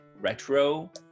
retro